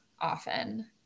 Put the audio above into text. often